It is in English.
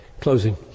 closing